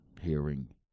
hearing